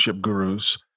gurus